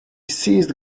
seized